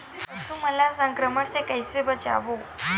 पशु मन ला संक्रमण से कइसे बचाबो?